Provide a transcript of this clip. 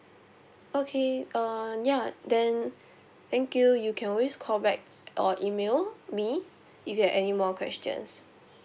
okay uh ya then thank you you can always call back or email me if you have anymore questions